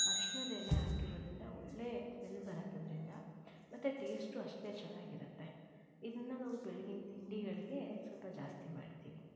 ಅರಶಿನದೆಲೆ ಹಾಕಿರೋದ್ರಿಂದ ಒಳ್ಳೆಯ ಸ್ಮೆಲ್ ಬರತ್ತೆ ಅದರಿಂದ ಮತ್ತೆ ಟೇಸ್ಟು ಅಷ್ಟೆ ಚೆನ್ನಾಗಿರತ್ತೆ ಇದನ್ನು ನಾವು ಬೆಳಗಿನ ತಿಂಡಿಗಳಿಗೆ ಸ್ವಲ್ಪ ಜಾಸ್ತಿ ಮಾಡ್ತೀವಿ